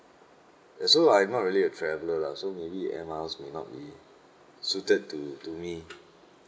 and so I'm not really a traveller lah so maybe air miles may not be suited to to me